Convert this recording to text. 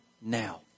now